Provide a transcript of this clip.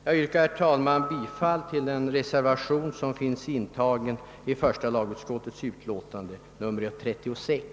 Jag yrkar, herr talman, bifall till den reservation som finns intagen i första lagutskottets utlåtande nr 36.